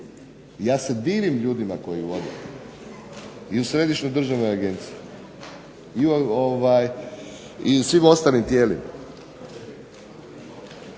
Ja se divim ljudima koji vode, i u Središnjoj državnoj agenciji, i svim ostalim tijelima,